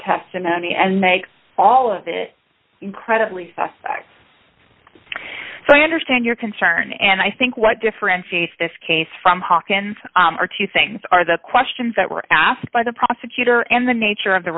testimony and makes all of it incredibly suspect so i understand your concern and i think what differentiates this case from hawkins are two things are the questions that were asked by the prosecutor and the nature of the